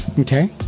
Okay